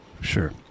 Sure